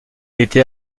était